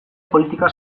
politika